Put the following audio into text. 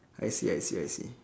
I see I see I see